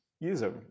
user